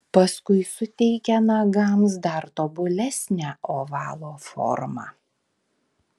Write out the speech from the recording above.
paskui suteikia nagams dar tobulesnę ovalo formą